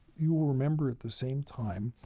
you'll remember at the same time,